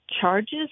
charges